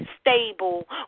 Stable